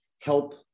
help